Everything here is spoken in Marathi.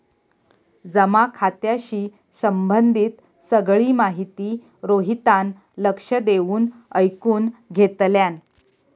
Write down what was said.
जमा खात्याशी संबंधित सगळी माहिती रोहितान लक्ष देऊन ऐकुन घेतल्यान